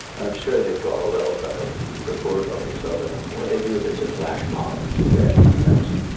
and i'm sure they got a little bit of support of each other. what they do if it's a flash mob today, that's,